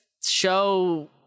show